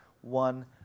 one